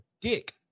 dick